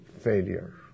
failure